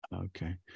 Okay